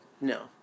No